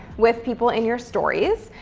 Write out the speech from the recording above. with people in your stories,